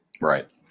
Right